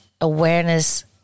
awareness